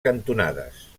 cantonades